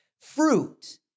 fruit